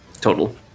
total